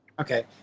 Okay